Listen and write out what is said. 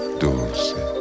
dulce